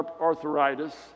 arthritis